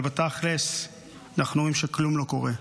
אבל תכלס אנחנו רואים שכלום לא קורה.